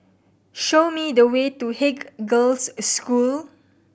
show me the way to Haig Girls' School